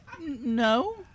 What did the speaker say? No